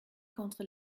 contre